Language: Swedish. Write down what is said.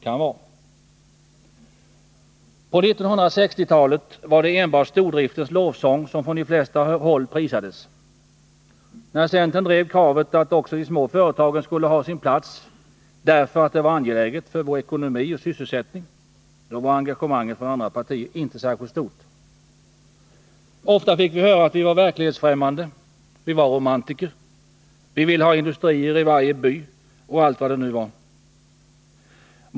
På 1960-talet var det enbart stordriften som från de flesta håll prisades. När centern drev kravet att också de små företagen skulle ha sin plats därför att det var angeläget för vår ekonomi och sysselsättning, var engagemanget från andra partier inte särskilt stort. Ofta fick vi höra att vi var verklighetsfrämmande, att vi var romantiker. Vi ville ha industrier i varje by — och allt vad man då sade.